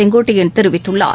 செங்கோட்டையன் தெரிவித்துள்ளார்